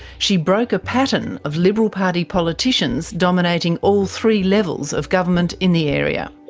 she broke a pattern of liberal party politicians dominating all three levels of government in the area.